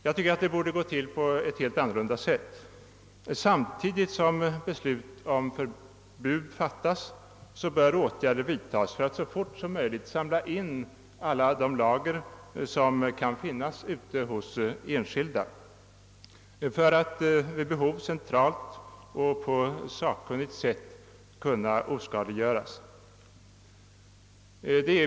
Jag tycker det borde gå till på ett helt annat sätt, nämligen så att samtidigt som beslut om förbud fattas bör åtgärder vidtas för att så fort som möjligt samla in de lager som kan finnas ute hos enskilda för att vid behov centralt och på sakkunnigt sätt kunna oskadliggöras.